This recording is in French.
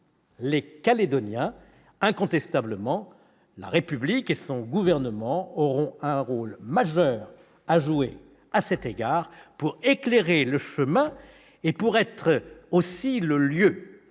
les Calédoniens. Incontestablement, la République et son gouvernement auront un rôle majeur à jouer pour éclairer le chemin et permettre à tous les